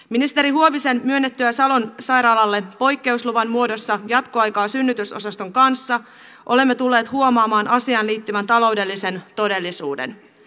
ministeri huovisen myönnettyä salon sairaalalle poikkeusluvan muodossa jatkoaikaa synnytysosaston kanssa olemme tulleet huomaamaan asiaan liittyvän taloudellisen todellisuuden